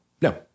no